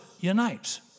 unites